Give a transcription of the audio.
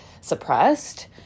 suppressed